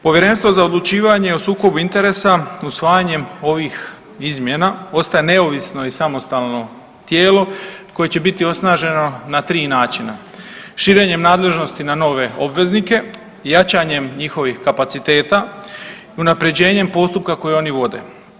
Povjerenstvo za odlučivanje o sukobu interesa usvajanjem ovih izmjena ostaje neovisno i samostalno tijelo koje će biti označeno na tri načina, širenjem nadležnosti na nove obveznike, jačanjem njihovih kapaciteta i unapređenjem postupka koji oni vode.